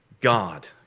God